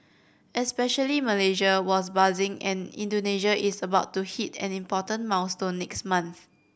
especially Malaysia was buzzing and Indonesia is about to hit an important milestone next month